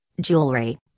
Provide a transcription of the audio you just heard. jewelry